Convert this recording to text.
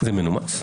זה מנומס?